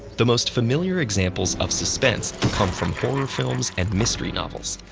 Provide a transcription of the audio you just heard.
the most familiar examples of suspense come from horror films and mystery novels.